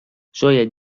شاید